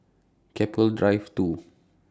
Keppel Drive two